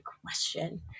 question